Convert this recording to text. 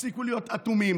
תפסיקו להיות אטומים,